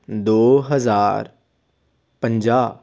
ਦੋ ਹਜ਼ਾਰ ਪੰਜਾਹ